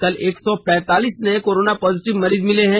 कल एक सौ पैंतालीस नए कोरोना पॉजिटिव मरीज मिले हैं